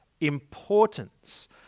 importance